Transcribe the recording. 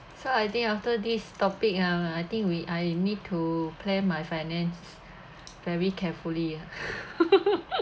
so I think after this topic ah I think we I need to plan my finance very carefully ah